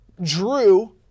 Drew